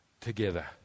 together